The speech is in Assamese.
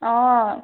অঁ